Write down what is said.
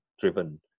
driven